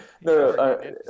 No